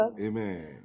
Amen